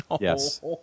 Yes